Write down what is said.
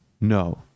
no